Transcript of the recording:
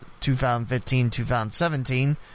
2015-2017